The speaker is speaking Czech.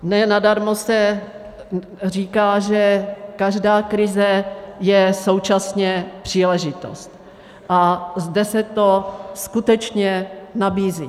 Ne nadarmo se říká, že každá krize je současně příležitost, a zde se to skutečně nabízí.